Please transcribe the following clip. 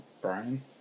Brian